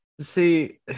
See